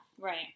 right